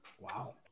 Wow